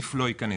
הנגיף ולא אנשים?